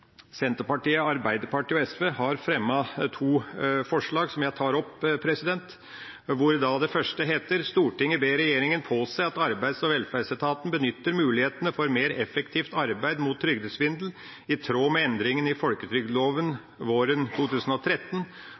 Senterpartiet, Arbeiderpartiet og SV har fremmet to forslag, som jeg tar opp, hvor det første lyder: «Stortinget ber regjeringen påse at Arbeids- og velferdsetaten benytter mulighetene for mer effektivt arbeid mot trygdesvindel i tråd med endringene i folketrygdloven våren 2013.»